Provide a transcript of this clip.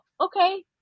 okay